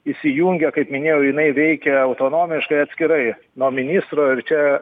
įsijungia kaip minėjau jinai veikia autonomiškai atskirai nuo ministro ir čia